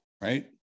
right